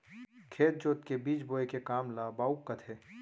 खेत जोत के बीज बोए के काम ल बाउक कथें